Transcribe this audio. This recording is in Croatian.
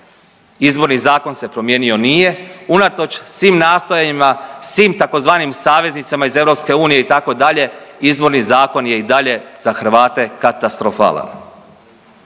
Izborni zakon se promijeni nije unatoč svim nastojanjima, svim tzv. saveznicama iz EU itd., izborni zakon je i dalje za Hrvate katastrofalan.